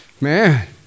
Man